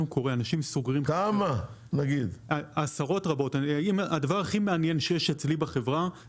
תשלום יתר כתוב תוך 10 ימי עסקים ממועד גביית התשלום.